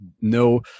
no